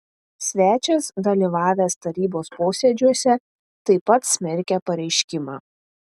svečias dalyvavęs tarybos posėdžiuose taip pat smerkia pareiškimą